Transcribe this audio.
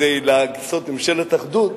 כדי לעשות ממשלת אחדות,